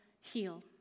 heal